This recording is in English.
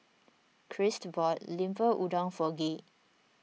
Christ bought Lemper Udang for Gay